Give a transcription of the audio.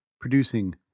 producing